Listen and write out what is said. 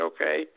Okay